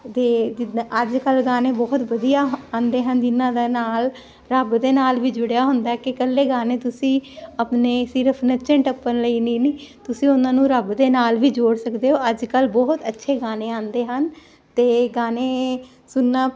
ਤੇ ਅੱਜਕੱਲ ਗਾਣੇ ਬਹੁਤ ਵਧੀਆ ਆਂਉਂਦੇ ਹਨ ਜਿਨਾਂ ਦਾ ਨਾਲ ਰੱਬ ਦੇ ਨਾਲ ਵੀ ਜੁੜਿਆ ਹੁੰਦਾ ਕਿ ਕੱਲੇ ਗਾਣੇ ਤੁਸੀਂ ਆਪਣੇ ਸਿਰਫ ਨੱਚਣ ਟੱਪਣ ਲਈ ਨਹੀਂ ਤੁਸੀਂ ਉਹਨਾਂ ਨੂੰ ਰੱਬ ਦੇ ਨਾਲ ਵੀ ਜੋੜ ਸਕਦੇ ਹੋ ਅੱਜ ਕੱਲ ਬਹੁਤ ਅੱਛੇ ਗਾਣੇ ਆਉਂਦੇ ਹਨ ਤੇ ਗਾਣੇ ਸੁਣਨਾ